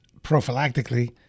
prophylactically